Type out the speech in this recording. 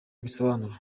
abisobanura